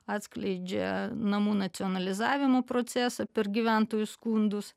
atskleidžia namų nacionalizavimo procesą per gyventojų skundus